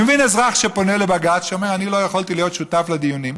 אני מבין אזרח שפונה לבג"ץ ואומר: אני לא יכולתי להיות שותף לדיונים,